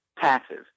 taxes